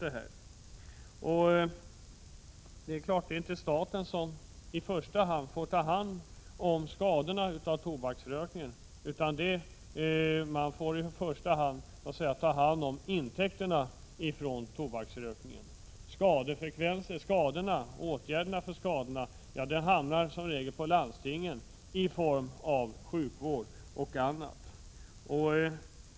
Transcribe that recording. Det är inte i första hand staten som får ta hand om skadorna av tobaksrökningen, utan staten får främst ta hand om intäkterna från den. Åtgärderna mot skadorna får som regel vidtas av landstingen i form av sjukvård och annat.